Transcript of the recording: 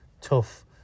tough